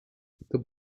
the